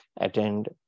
attend